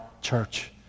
church